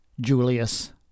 julius